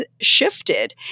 shifted